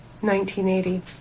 1980